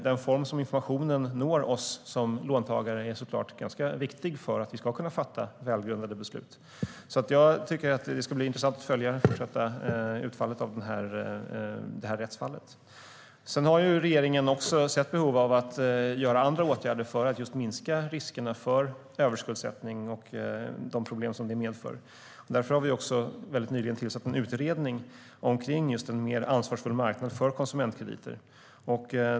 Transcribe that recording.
Den form i vilken informationen når oss som låntagare är såklart ganska viktig för att vi ska kunna fatta välgrundade beslut. Jag tycker att det ska bli intressant att följa det fortsatta utfallet av det här rättsfallet. Sedan har regeringen också sett behov av att vidta andra åtgärder för att minska riskerna för överskuldsättning och de problem som detta medför. Därför har vi nyligen tillsatt en utredning om en mer ansvarsfull marknad för konsumentkrediter.